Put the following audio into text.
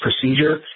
procedure